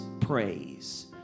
Praise